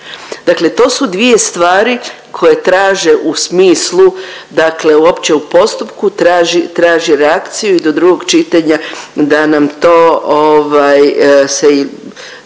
Dakle, to su dvije stvari koje traže u smislu, dakle uopće u postupku traži, traži reakciju i do drugog čitanja da nam to ovaj